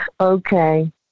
Okay